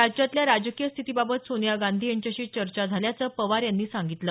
राज्यातल्या राजकीय स्थितीबाबत सोनिया गांधी यांच्याशी चर्चा झाल्याचं पवार यांनी सांगितलं